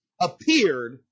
appeared